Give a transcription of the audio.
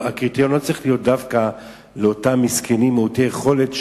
והקריטריון לא צריך להיות דווקא אותם מסכנים מעוטי יכולת,